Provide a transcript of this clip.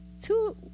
two